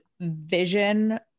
vision